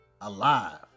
alive